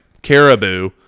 Caribou